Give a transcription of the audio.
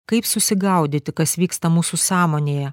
kaip susigaudyti kas vyksta mūsų sąmonėje